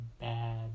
bad